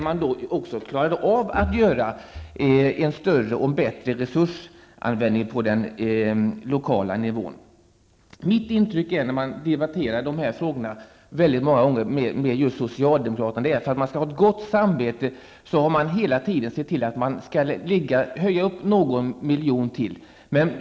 Man kan då få en större och bättre resursanvändning på den lokala nivån. Efter att ha debatterat den här frågan många gånger med socialdemokraterna har jag fått intrycket av att man för att ha ett gott samvete hela tiden ser till att höja med någon miljon.